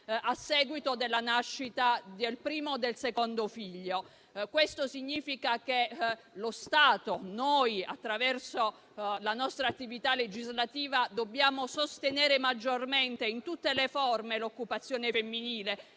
a seguito della nascita del primo o del secondo figlio. Questo significa che lo Stato, quindi noi, attraverso la nostra attività legislativa, dobbiamo sostenere maggiormente in tutte le forme l'occupazione femminile,